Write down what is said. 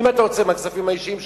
אם אתה עושה מהכספים האישיים שלך,